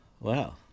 wow